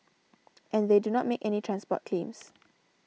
and they do not make any transport claims